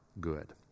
good